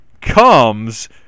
comes